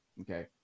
okay